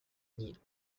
need